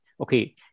Okay